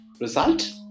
Result